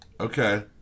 Okay